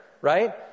right